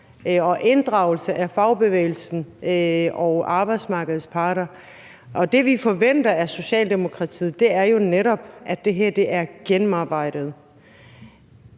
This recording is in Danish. og inddragelse af fagbevægelsen og arbejdsmarkedets parter, og det, vi forventer af Socialdemokratiet, er jo netop, at det her er gennemarbejdet.